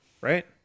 Right